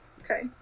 Okay